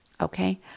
Okay